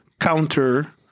counter